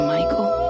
Michael